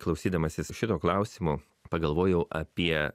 klausydamasis šito klausimo pagalvojau apie